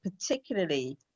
particularly